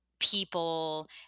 people